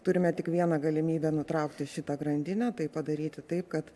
turime tik vieną galimybę nutraukti šitą grandinę tai padaryti taip kad